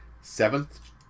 Seventh